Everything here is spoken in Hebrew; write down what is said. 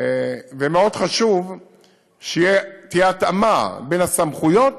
ומאוד חשוב שתהיה התאמה בין הסמכויות